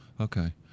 Okay